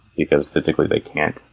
because physically they can't.